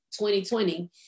2020